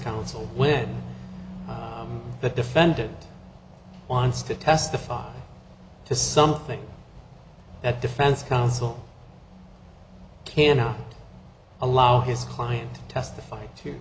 counsel when the defendant wants to testify to something that defense counsel cannot allow his client testifying to